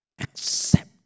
accept